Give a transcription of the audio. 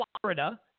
Florida